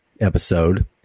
episode